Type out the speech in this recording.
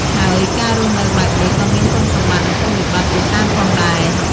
ហើយការរស់នៅបែបនេះក៏មានគុណសម្បតិ្តនឹងគុណវិបត្តិជាច្រើនផងដែរ ។